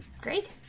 Great